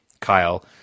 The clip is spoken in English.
Kyle